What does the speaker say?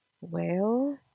Well